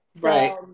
Right